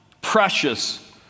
precious